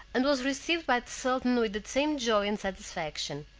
and was received by the sultan with the same joy and satisfaction.